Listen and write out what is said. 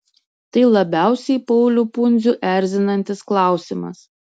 tai labiausiai paulių pundzių erzinantis klausimas